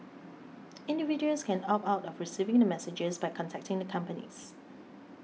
individuals can opt out of receiving the messages by contacting the companies